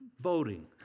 voting